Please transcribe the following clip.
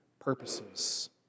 purposes